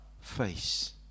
face